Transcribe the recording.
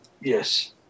Yes